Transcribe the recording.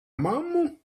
mammu